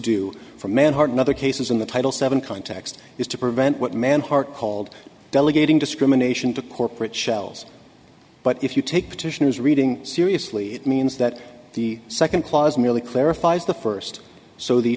do for man hard in other cases in the title seven context is to prevent what manhart called delegating discrimination to corporate shells but if you take titian as reading seriously it means that the second clause merely clarifies the first so the